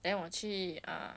then 我去 uh